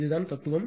இதுதான் தத்துவம்